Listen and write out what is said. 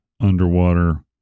underwater